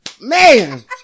Man